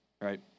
Right